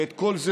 ואת כל זה,